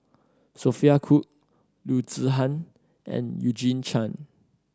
Sophia Cooke Loo Zihan and Eugene Chen